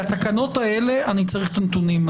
לתקנות האלה אני צריך את הנתונים.